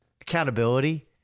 Accountability